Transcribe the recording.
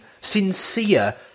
sincere